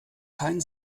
kein